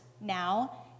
now